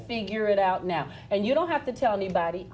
figure it out now and you don't have to tell anybody